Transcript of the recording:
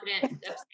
confident